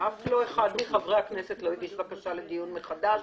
אף לא אחד מחברי הכנסת לא הגיש בקשה לדיון מחדש,